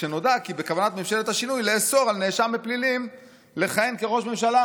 כשנודע כי בכוונת ממשלת השינוי לאסור על נאשם בפלילים לכהן כראש ממשלה.